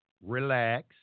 relax